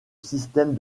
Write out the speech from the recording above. systèmes